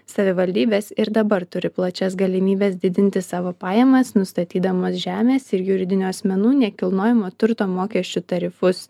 savivaldybės ir dabar turi plačias galimybes didinti savo pajamas nustatydamos žemės ir juridinių asmenų nekilnojamo turto mokesčių tarifus